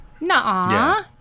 Nah